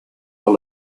are